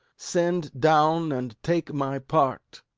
send down, and take my part!